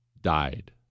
died